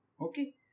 Okay